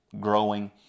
growing